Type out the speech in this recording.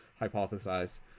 hypothesize